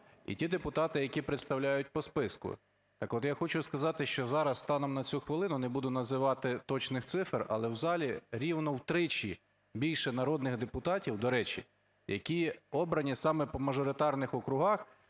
і тих депутатів, які представляють по списку. Так от я хочу сказати, що зараз станом на цю хвилину, не буду називати точних цифр, але в залі рівно втричі більше народних депутатів, до речі, які обрані саме по мажоритарних округах